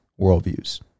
worldviews